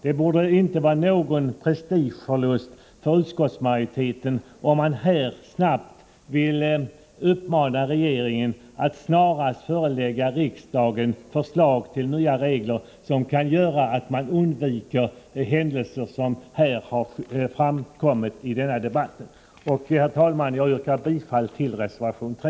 Det borde inte vara någon prestigeförlust för utskottsmajoriteten, om man snabbt ville uppmana regeringen att snarast förelägga riksdagen förslag till nya regler, som kan göra att vi undviker sådana händelser som har påtalats i denna debatt. Herr talman! Jag yrkar bifall till reservation 3.